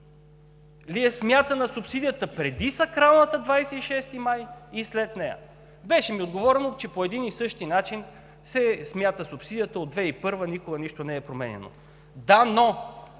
ли е смятана субсидията преди сакралната дата 26 май и след нея? Беше ми отговорено, че по един и същи начин се смята субсидията от 2001 г., никога нищо не е променяно. Да, но